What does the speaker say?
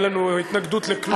אין לנו התנגדות לכלום.